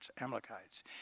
Amalekites